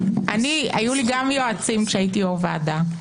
גם לי היו יועצים כשהייתי יושבת-ראש ועדה,